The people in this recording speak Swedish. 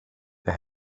det